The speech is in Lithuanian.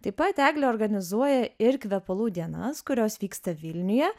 taip pat eglė organizuoja ir kvepalų dienas kurios vyksta vilniuje